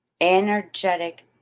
energetic